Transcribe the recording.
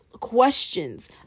questions